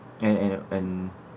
and and and